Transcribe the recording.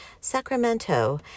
Sacramento